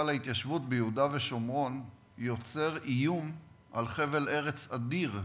ההתיישבות ביהודה ושומרון יוצר איום על חבל ארץ אדיר,